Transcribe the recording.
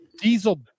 diesel